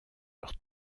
leur